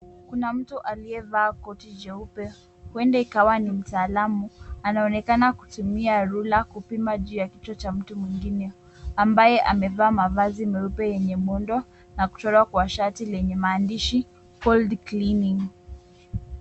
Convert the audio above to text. Kuna mtu aliyevaa koti jeupe huenda ikawa ni mtaalamu. Anaonekana kutumia rula kupima juu ya kichwa cha mtu mwingine ambaye amevaa mavazi meupe yenye muundo na kuchorwa kwa shati lenye maandishi cold cleaning .